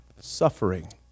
suffering